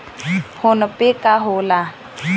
PhonePe का होला?